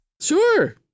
Sure